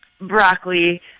broccoli